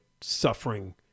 suffering